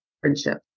friendship